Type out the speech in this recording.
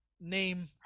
name